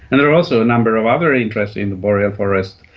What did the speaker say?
and there are also a number of other interests in the boreal forests,